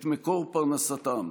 את מקור פרנסתם.